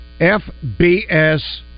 FBS